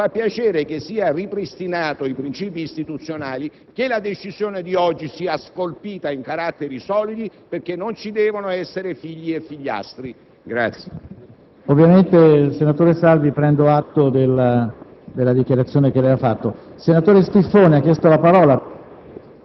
mi fa piacere che sia ripristinato il principio istituzionale; che la decisione di oggi sia scolpita in caratteri solidi perché non ci devono essere figli e figliastri.